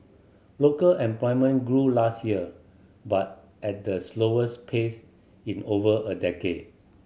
local employment grew last year but at the slowest pace in over a decade